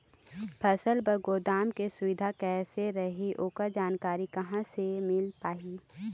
फसल बर गोदाम के सुविधा कैसे रही ओकर जानकारी कहा से मिल पाही?